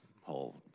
whole